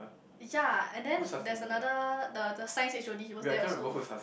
ya and then there's another the the science H_O_D he was there also